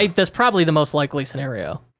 like that's probably the most likely scenario.